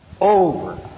over